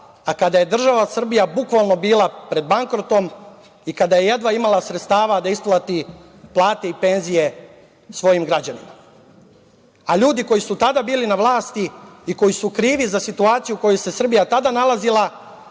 kada je država Srbija bukvalno bila pred bankrotom i kada je jedva imala sredstava da isplati plate i penzije svojim građanima. Ljudi koji su tada bili na vlasti i koji su krivi za situaciju u kojoj se Srbija tada nalazima,